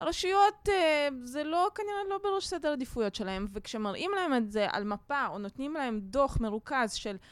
הרשויות זה לא כנראה לא בראש סדר עדיפויות שלהם וכשמראים להם את זה על מפה או נותנים להם דוח מרוכז של